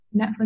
Netflix